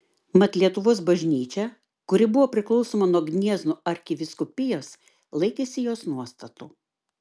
mat lietuvos bažnyčia kuri buvo priklausoma nuo gniezno arkivyskupijos laikėsi jos nuostatų